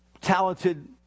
talented